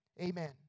Amen